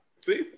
See